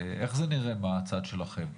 איך זה נראה מהצד שלכם?